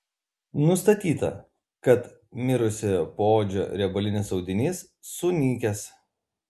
nustatyta kad mirusiojo poodžio riebalinis audinys sunykęs